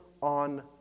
on